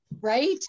right